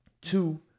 Two